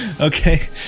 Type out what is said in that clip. Okay